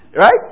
Right